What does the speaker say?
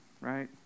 right